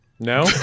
No